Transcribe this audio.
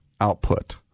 output